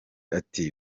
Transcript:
ati